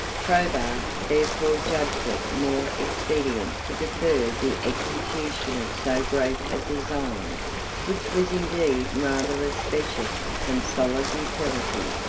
probus therefore judged it more expedient to defer the execution of so great a design which was indeed rather of specious than solid utility.